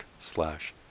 slash